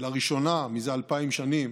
ולראשונה זה אלפיים שנים